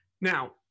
Now